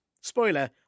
Spoiler